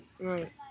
Right